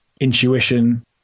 intuition